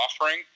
offering